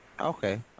Okay